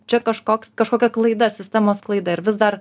čia kažkoks kažkokia klaida sistemos klaida ir vis dar